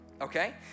okay